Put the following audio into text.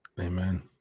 amen